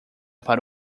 para